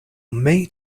may